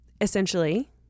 Essentially